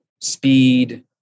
speed